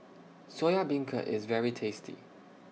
Soya Beancurd IS very tasty